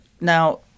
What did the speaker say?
now